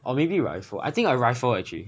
or maybe rifle I think a rifle actually